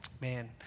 man